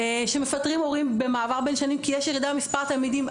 כשמפטרים מורים במעבר בין שנים כשיש ירידה במספר התלמידים,